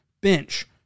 bench